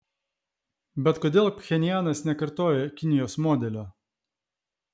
bet kodėl pchenjanas nekartoja kinijos modelio